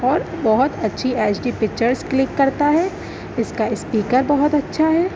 اور بہت اچھی ایچ ڈی پکچرس کلک کرتا ہے اس کا اسپیکر بہت اچھا ہے